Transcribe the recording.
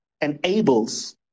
enables